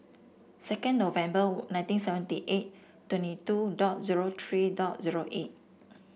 second November nineteen seventy eight twenty two dot zero three dot zero eight